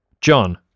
john